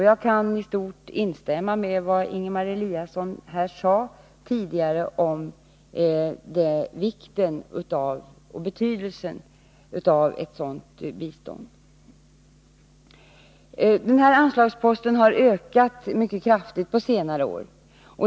Jag kan i stort instämma i vad Ingemar Eliasson tidigare sade om betydelsen av ett sådant bistånd. Den anslagsposten har ökat mycket kraftigt på senare år.